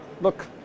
look